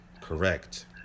correct